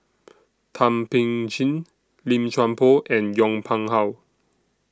Thum Ping Tjin Lim Chuan Poh and Yong Pung How